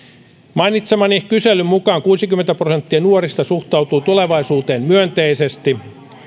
mainitsemani kyselyn mukaan kuusikymmentä prosenttia nuorista suhtautuu tulevaisuuteen myönteisesti